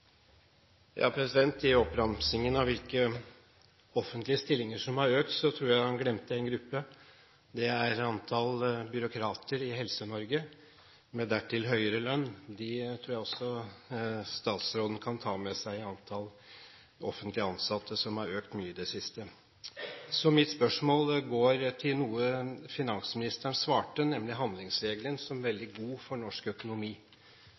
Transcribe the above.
I oppramsingen av hvilke offentlige stillinger som har økt, tror jeg statsråden glemte en gruppe. Det er antall byråkrater i Helse-Norge, med dertil høyere lønn. Dem tror jeg også han kan ta med seg i antallet offentlig ansatte som har økt mye i det siste. Mitt spørsmål går på noe finansministeren svarte, nemlig at handlingsregelen er veldig god for norsk økonomi.